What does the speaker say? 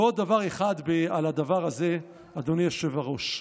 ועוד דבר אחד על הדבר הזה, אדוני היושב-ראש: